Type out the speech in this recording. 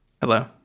Hello